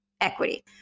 equity